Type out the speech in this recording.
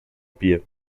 pia